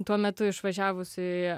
tuo metu išvažiavus į